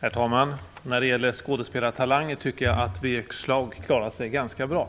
Herr talman! När det gäller skådespelartalanger tycker jag att Birger Schlaug klarar sig ganska bra.